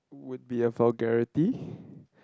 with the vulgarity